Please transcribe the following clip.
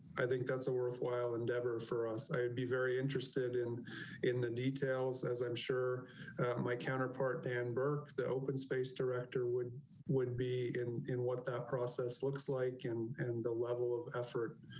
i think that's a worthwhile endeavor for us. i'd be very interested in in the details. as i'm sure my counterpart dan burke, the open space director would would be in in what that process looks like and and the level of effort.